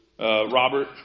Robert